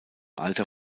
alter